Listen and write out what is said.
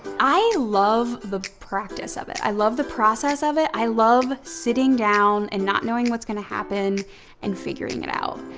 i love the practice of it. i love the process of it. i love sitting down and not knowing what's gonna happen and figuring it out.